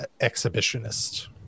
exhibitionist